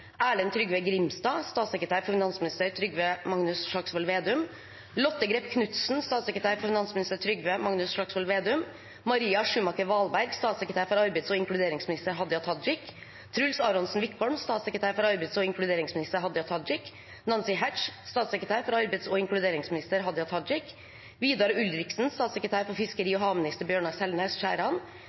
Lotte Grepp Knutsen, statssekretær for finansminister Trygve Magnus Slagsvold Vedum Maria Schumacher Walberg, statssekretær for arbeids- og inkluderingsminister Hadia Tajik Truls Aronsen Wickholm, statssekretær for arbeids- og inkluderingsminister Hadia Tajik Nancy Herz, statssekretær for arbeids- og inkluderingsminister Hadia Tajik Vidar Ulriksen, statssekretær for fiskeri- og havminister Bjørnar Selnes Skjæran